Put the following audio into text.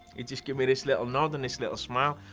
he'd just give me this little nod and this little smile,